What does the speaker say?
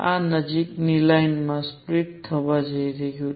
આ નજીકની લાઇન માં સ્પ્લીટ થવા જઈ રહ્યું છે